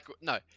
No